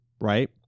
right